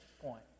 point